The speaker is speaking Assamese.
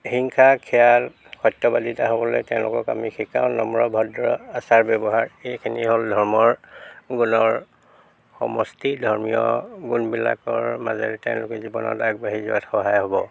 হিংসা সত্যবাদিতা হ'বলৈ তেওঁলোকক আমি শিকাওঁ নম্ৰ ভদ্ৰ আচাৰ ব্যৱহাৰ সেইখিনি হ'ল ধৰ্মৰ গুণৰ সমষ্টি ধৰ্মীয় গুণবিলাকৰ মাজেৰে তেওঁলোকে জীৱনত আগবাঢ়ি যোৱাত সহায় হ'ব